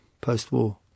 post-war